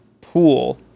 pool